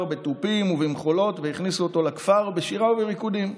בתופים ובמחולות והכניסו אותו לכפר בשירה ובריקודים.